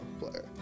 player